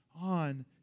on